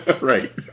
Right